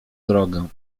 drogę